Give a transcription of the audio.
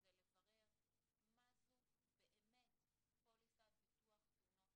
זה לברר מה זו באמת פוליסת ביטוח תאונות